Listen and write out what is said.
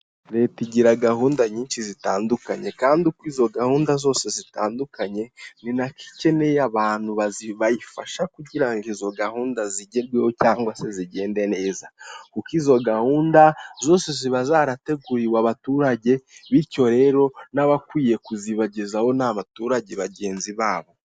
Leta igira gahunda nyinshi zitandukanye kandi uko izo gahunda zose zitandukanye ni nako ikeneye abantu bayifasha kugira ngo izo gahunda zigerweho cyangwa se zigende neza kuko izo gahunda zose ziba zarateguriwe abaturage bityo rero n'abakwiye kuzibagezaho n'abaturage bagenzi babo.